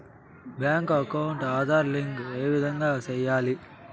Bank account Aadhaar link ఏ విధంగా సెయ్యాలి?